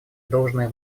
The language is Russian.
должное